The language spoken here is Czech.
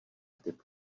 typ